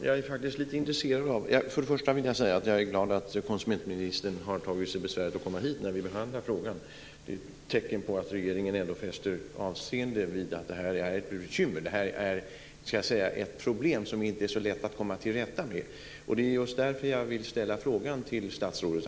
Fru talman! Först och främst vill jag säga att jag är glad över att konsumentministern har gjort sig besväret att komma hit när vi behandlar frågan. Det är tecken på att regeringen ändå fäster avseende vid att detta är ett bekymmer. Detta är ett problem som det inte är så lätt att komma till rätta med. Det är just därför som jag vill ställa frågan till statsrådet.